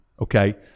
okay